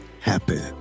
happen